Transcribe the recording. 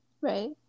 Right